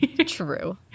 True